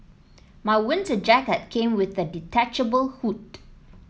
my winter jacket came with a detachable hood